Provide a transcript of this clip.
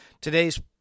Today's